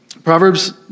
Proverbs